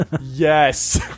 Yes